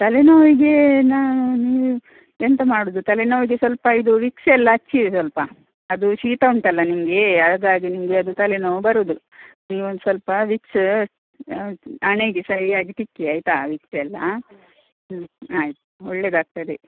ತಲೆನೋವಿಗೇ ನಾನು ನೀವು ಎಂಥ ಮಾಡುದು ತಲೆನೋವಿಗೆ ಸ್ವಲ್ಪ ಇದು ವಿಕ್ಸ್ ಎಲ್ಲ ಹಚ್ಚಿ ಸ್ವಲ್ಪ ಅದು ಶೀತ ಉಂಟಲ್ಲ ನಿಮಗೆ ಹಾಗಾಗಿ ನಿಮಗೆ ಅದು ತಲೆನೋವು ಬರೋದು ನೀವು ಒಂದು ಸ್ವಲ್ಪ ವಿಕ್ಸ್ ಹಣೆಗೆ ಸರಿಯಾಗಿ ತಿಕ್ಕಿ ಆಯಿತಾ ವಿಕ್ಸ್ ಎಲ್ಲ ಹ್ಞೂ ಆಯಿತು ಒಳ್ಳೇದಾಗ್ತದೆ